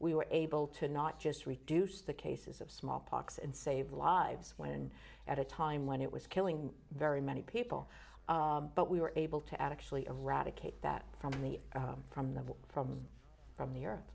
we were able to not just reduce the cases of smallpox and save lives when and at a time when it was killing very many people but we were able to actually eradicate that from the from the from from the e